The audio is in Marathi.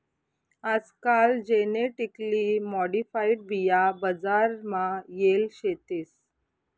आजकाल जेनेटिकली मॉडिफाईड बिया बजार मा येल शेतीस